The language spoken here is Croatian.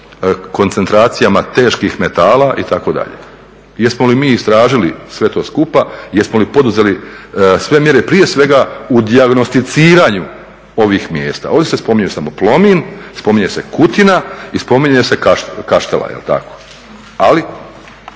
koncentracijama teških metala itd. Jesmo li mi istražili sve to skupa, jesmo li poduzeli sve mjere, prije svega u dijagnosticiranju ovih mjesta? Ovdje se spominje samo Plomin, spominje se Kutina i spominju se Kaštela jel' tako? Ali